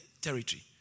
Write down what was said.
Territory